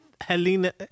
Helena